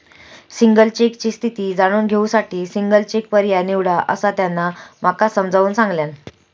single चेकची स्थिती जाणून घेऊ साठी सिंगल चेक पर्याय निवडा, असा त्यांना माका समजाऊन सांगल्यान